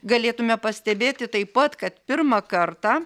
galėtume pastebėti taip pat kad pirmą kartą